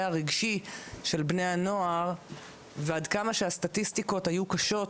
הרגשי של בני הנוער ועד כמה שהסטטיסטיקות היו קשות